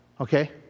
Okay